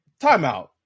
timeout